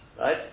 right